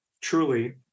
truly